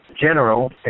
General